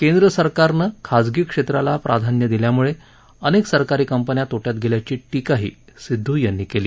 केंद्रसरकारनं खाजगी क्षेत्राला प्राधान्य दिल्यामुळे अनेक सरकारी कंपन्या तोट्यात गेल्याची टिकाही सिद्धू यांनी केली